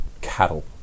cattle